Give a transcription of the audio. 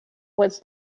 was